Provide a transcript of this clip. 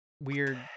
weird